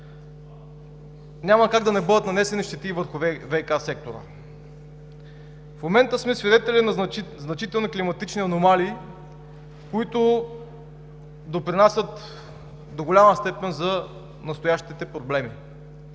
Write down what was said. няма как да не бъдат нанесени щети и върху ВиК сектора. В момента сме свидетели на значителни климатични аномалии, които допринасят до голяма степен за настоящите проблеми.